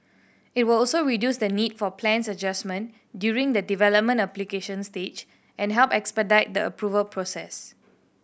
it will also reduce the need for plans adjustment during the development application stage and help expedite the approval process